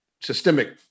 systemic